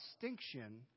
distinction